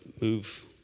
move